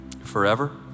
Forever